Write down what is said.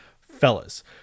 fellas